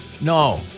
No